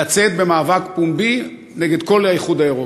לצאת במאבק פומבי נגד כל האיחוד האירופי.